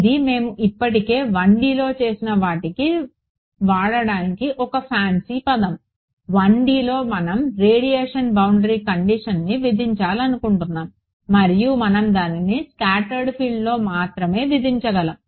ఇది మేము ఇప్పటికే 1Dలో చేసిన వాటిని వ్రాయడానికి ఒక ఫాన్సీ మార్గం 1Dలో మనం రేడియేషన్ బౌండరీ కండిషన్ని విధించాలనుకుంటున్నాము మరియు మనం దానిని స్కాటర్డ్ ఫీల్డ్లో మాత్రమే విధించగలము